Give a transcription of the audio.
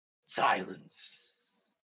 Silence